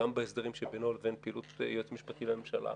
גם בהסדרים שבינו לבין פעילות יועץ משפטי לממשלה,